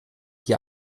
die